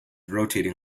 rotating